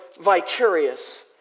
vicarious